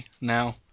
now